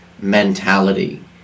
mentality